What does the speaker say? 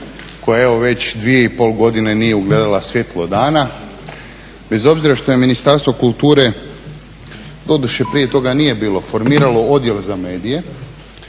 koja evo već 2,5 godine nije ugledala svjetlo dana, bez obzira što je Ministarstvo kulture doduše prije toga nije bilo formiralo Odjel za medije,